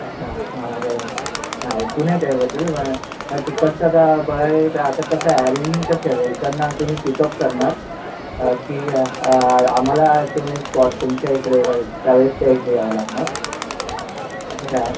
अच्छा हां बरोबर नाही ऐकून आहे त्याबद्दल माय तिकडचा तर बघायला गेलं तर आता कसं आहे ॲरेन्जमेंट कशी आहे इकडून तुम्ही पिकअप करणार की आम्हाला तुम्ही स्पॉट तुमच्या इकडे ट्रॅवल्सच्या इथे यावं लागणार असं काय आहे